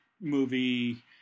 movie